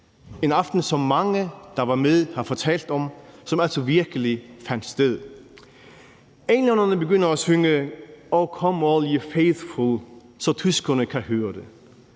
en aften, som mange, der var med, har fortalt om, og som altså virkelig fandt sted. Englænderne begynder at synge »O Come, All Ye Faithful«, så tyskerne kan høre det.